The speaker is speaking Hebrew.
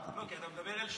כי אתה מדבר אל שנינו,